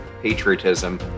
patriotism